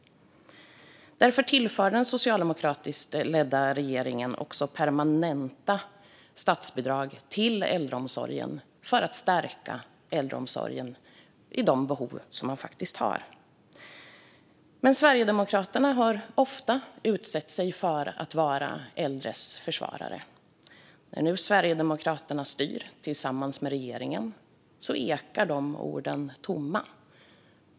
Därför tillförde den socialdemokratiskt ledda regeringen permanenta statsbidrag till äldreomsorgen för att stärka den i de behov som man faktiskt har. Sverigedemokraterna har ofta utgett sig för att vara äldres försvarare. När nu Sverigedemokraterna styr tillsammans med regeringen ekar de orden tomma.